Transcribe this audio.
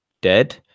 dead